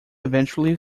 eventually